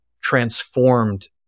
transformed